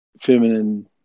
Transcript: feminine